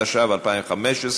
התשע"ה 2015,